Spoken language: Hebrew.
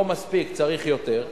לא מספיק, צריך יותר.